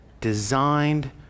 designed